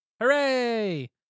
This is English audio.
Hooray